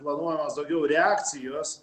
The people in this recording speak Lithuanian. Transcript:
planuojamas daugiau reakcijos